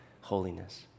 holiness